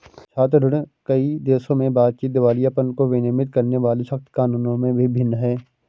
छात्र ऋण, कई देशों में बातचीत, दिवालियापन को विनियमित करने वाले सख्त कानूनों में भी भिन्न है